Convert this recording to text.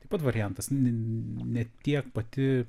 taip pat variantas ne tiek pati